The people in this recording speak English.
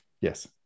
Yes